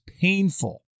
painful